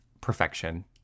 Perfection